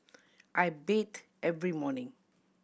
I bathe every morning